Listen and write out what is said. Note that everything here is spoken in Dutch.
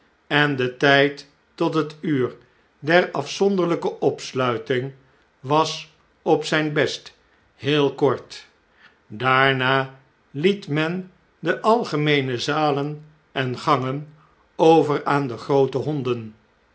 en de tjjd tot het uur der afzonderlijke opsluiting was op zijn best heel kort daarna liet men de algemeene zalen en gangen over aan de groote honden